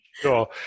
Sure